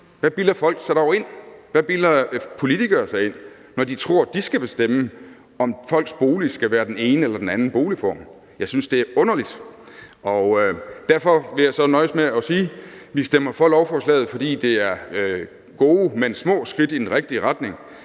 Hvad bilder politikere sig ind, når de tror, at de skal bestemme, om folks bolig skal være den ene eller den anden boligform? Jeg synes, det er underligt, og derfor vil jeg nøjes med at sige, at vi stemmer for lovforslaget, fordi det er gode, men små skridt i den rigtige retning.